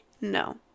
no